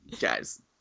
guys